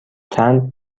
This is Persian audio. چند